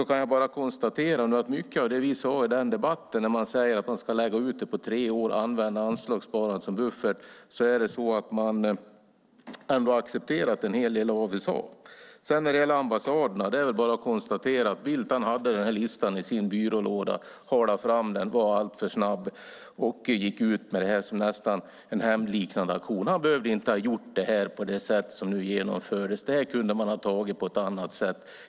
En hel del av det som vi sade i den debatten, att anslagssparandet ska läggas ut på tre år och att det ska användas som buffert, har man ändå accepterat. När det gäller ambassaderna är det väl bara att konstatera att Bildt hade en lista i sin byrålåda, halade fram den, var alltför snabb och gick ut med den i en nästan hämndliknande aktion. Man hade inte behövt göra det här på det sätt som gjordes. Det hade kunnat göras på ett annat sätt.